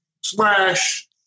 slash